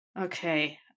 Okay